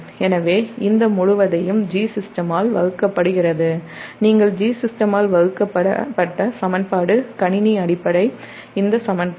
எனவே இந்த முழுவதையும் Gsystem ஆல் வகுக்கப்படுகிறது நீங்கள் Gsystem ஆல் வகுக்கப்பட்ட சமன்பாடு கணினி அடிப்படை இந்த சமன்பாடு